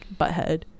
Butthead